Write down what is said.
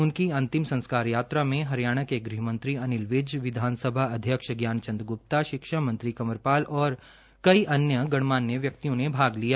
उनकी अंतिम संस्कार यात्रा में हरियाणा के गृहमंत्री अनिल विज हरियाणा विधानसभा अध्यक्ष ज्ञान चंद ग्रप्ता शिक्षा मंत्री कंवर पाल और अन्य गणमान्य व्यक्तियों ने भाग लिया